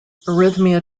arrhythmia